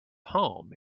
home